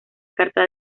carta